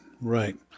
right